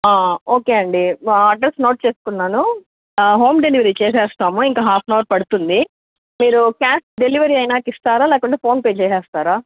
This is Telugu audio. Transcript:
ఓకే అండి అడ్రస్ నోట్ చేస్కున్నాను హోమ్ డెలివరీ చేసేస్తాము ఇంకా హాఫ్ ఆన్ అవర్ పడుతుంది మీరు క్యాష్ డెలివరీ అయినాక ఇస్తారా లేకుంటే ఫోన్ పే చేసేస్తారా